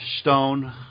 Stone